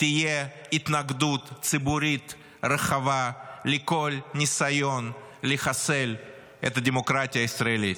תהיה התנגדות ציבורית רחבה לכל ניסיון לחסל את הדמוקרטיה הישראלית.